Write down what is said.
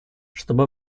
чтобы